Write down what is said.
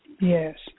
Yes